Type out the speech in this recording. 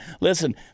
listen